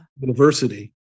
university